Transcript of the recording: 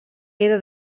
era